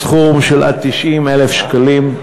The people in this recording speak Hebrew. בסכום של עד 90,000 שקלים.